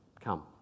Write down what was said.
come